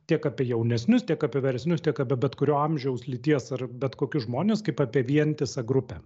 tiek apie jaunesnius tiek apie vyresnius tiek apie bet kurio amžiaus lyties ar bet kokius žmones kaip apie vientisą grupę